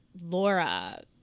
Laura